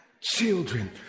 children